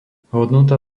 hodnota